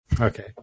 Okay